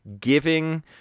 giving